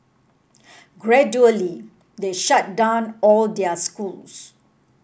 gradually they shut down all their schools